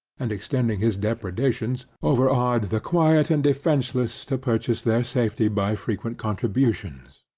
and extending his depredations, over-awed the quiet and defenceless to purchase their safety by frequent contributions.